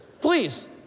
Please